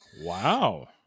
Wow